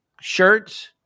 shirts